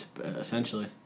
essentially